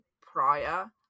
prior